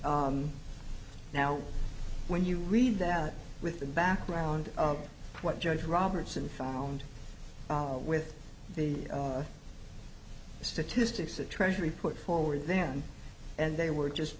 now when you read that with the background of what judge roberts and found with the the statistics the treasury put forward then and they were just